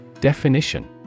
Definition